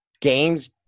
games